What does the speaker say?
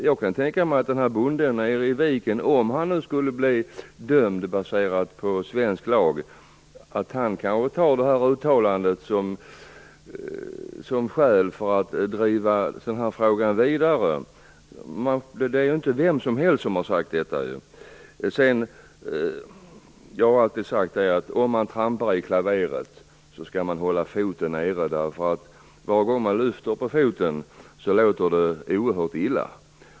Jag kan tänka mig att bonden i Viken, om han skulle bli dömd enligt svensk lag, kan ta det uttalandet som skäl för att driva frågan vidare. Det är ju inte vem som helst som har sagt detta. Jag har vidare alltid sagt att man om man trampar i klaveret skall hålla foten nere. Var gång man lyfter på foten låter det ju oerhört illa.